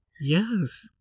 Yes